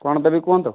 କ'ଣ ଦେବି କୁହନ୍ତୁ